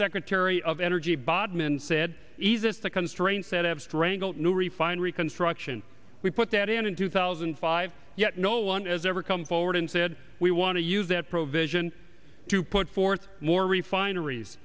secretary of energy bodman said eases the constraints that have strangled new refinery construction we put that in in two thousand and five yet no one has ever come forward and said we want to use that provision to put forth more refineries